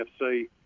FC